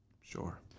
Sure